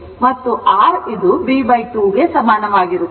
ಮತ್ತು r ಇದು b 2 ಗೆ ಸಮಾನವಾಗಿರುತ್ತದೆ